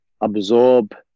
absorb